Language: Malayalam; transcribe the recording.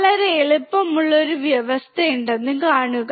വളരെ എളുപ്പമുള്ള ഒരു വ്യവസ്ഥയുണ്ടെന്ന് കാണുക